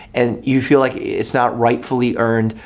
and you feel like it's not rightfully earned.